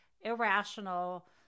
irrational